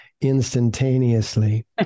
instantaneously